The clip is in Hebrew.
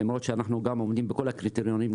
למרות שאנחנו גם עומדים בכל הקריטריונים,